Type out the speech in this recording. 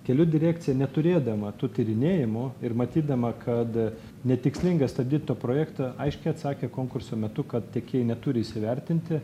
kelių direkcija neturėdama tų tyrinėjimų ir matydama kad netikslinga stabdyt to projekto aiškiai atsakė konkurso metu kad tiekėjai neturi įsivertinti